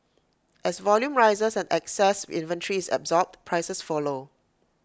as volume rises and excess inventory is absorbed prices follow